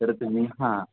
तर तुम्ही हां